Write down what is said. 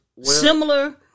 similar